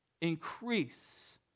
increase